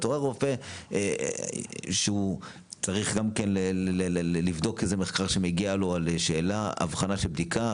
ואתה רואה רופא שצריך גם לבדוק מחקר שמגיע לו על הבחנה של בדיקה,